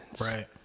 Right